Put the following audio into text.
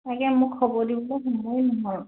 তাকে মোৰ খবৰ দিবলৈও সময়ে নহ'ল